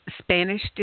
Spanish